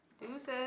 deuces